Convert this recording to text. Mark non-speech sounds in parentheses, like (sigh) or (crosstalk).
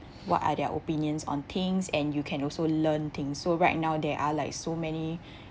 what are their opinions on things and you can also learn things so right now there are like so many (breath)